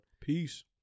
peace